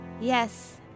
Yes